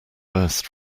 burst